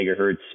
megahertz